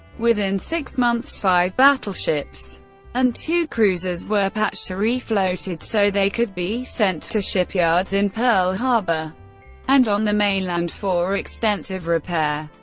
within six months, five battleships and two cruisers were patched or refloated so they could be sent to shipyards in pearl harbor and on the mainland for extensive repair.